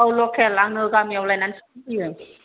औ लकेल आङो गामियाव लायनानैसो फानफैयो